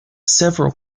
several